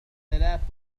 ثلاثة